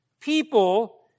People